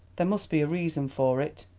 there must be a reason for it.